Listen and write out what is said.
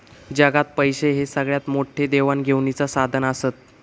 जगात पैशे हे सगळ्यात मोठे देवाण घेवाणीचा साधन आसत